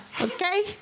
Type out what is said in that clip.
Okay